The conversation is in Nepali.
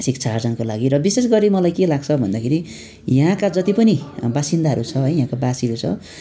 शिक्षा आर्जनको लागि र विशेष गरी मलाई के लाग्छ भन्दाखेरि याँहाका जति पनि वासिन्दाहरू छ है यहाँका वासीहरू छ